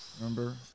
Remember